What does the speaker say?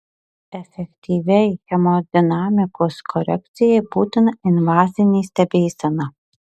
efektyviai hemodinamikos korekcijai būtina invazinė stebėsena